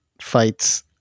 fights